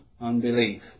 unbelief